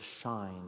shine